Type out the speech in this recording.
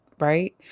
Right